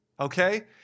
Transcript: okay